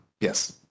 yes